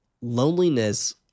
loneliness